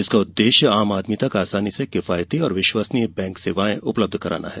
इसका उद्देश्य आम आदमी तक आसानी से किफायती और विश्वसनीय बैंक सेवाएं उपलब्ध कराना है